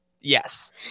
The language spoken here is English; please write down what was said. yes